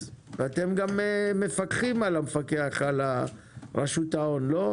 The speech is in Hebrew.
אתם גם מפקחים על המפקח על רשות ההון, לא?